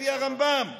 לפי הרמב"ם.